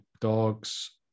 dogs